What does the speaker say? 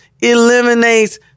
eliminates